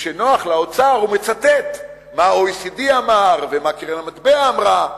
וכשנוח לאוצר הוא מצטט מה ה-OECD אמר ומה קרן המטבע אמרה.